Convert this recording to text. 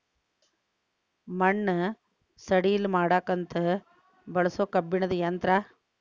ಮಣ್ಣ ಸಡಿಲ ಮಾಡಾಕಂತ ಬಳಸು ಕಬ್ಬಣದ ಯಂತ್ರಾ